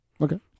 Okay